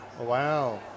Wow